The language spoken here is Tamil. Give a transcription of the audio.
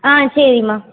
ஆ சரிம்மா